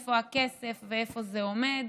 מאיפה הכסף ואיפה זה עומד,